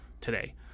today